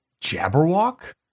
Jabberwock